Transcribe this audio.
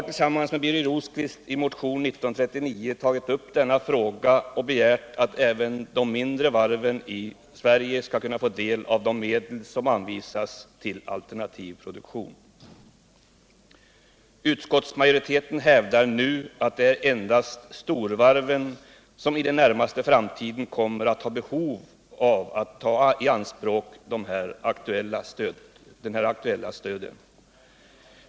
Tillsammans med Birger Rosqvist har jag i motionen 1939 tagit upp frågan och begärt att även de mindre varven i Sverige skall få del av de medel som anvisats för alternativ produktion. Utskottsmajoriteten hävdar att det endast är storvarven som inom den närmaste framtiden kommer att ha behov av det aktuella stödet.